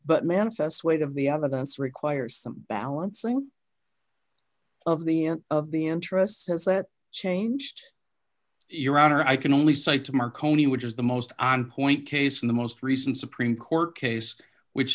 but manifest weight of the evidence requires some balancing of the end of the interest has that changed your honor i can only cite to marconi which is the most on point case in the most recent supreme court case which